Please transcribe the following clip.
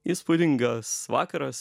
įspūdingas vakaras